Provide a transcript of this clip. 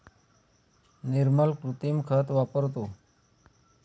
निर्मल कृत्रिम खत वापरतो